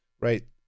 Right